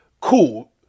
cool